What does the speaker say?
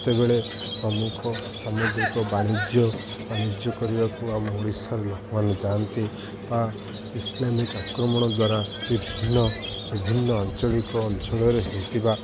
ଯେତେବେଳେ ପ୍ରମୁଖ ସାମୁଦ୍ରିକ ବାଣିଜ୍ୟ ବାଣିଜ୍ୟ କରିବାକୁ ଆମ ଓଡ଼ିଶାର ଲୋକମାନେ ଯାଆନ୍ତି ବା ଇସଲାମିକ୍ ଆକ୍ରମଣ ଦ୍ୱାରା ବିଭିନ୍ନ ବିଭିନ୍ନ ଆଞ୍ଚଳିକ ଅଞ୍ଚଳରେ ହୋଇଥିବା